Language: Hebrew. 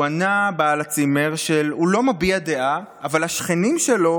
ענה בעל הצימר שהוא לא מביע דעה אבל השכנים שלו